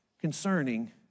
concerning